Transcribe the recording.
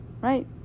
right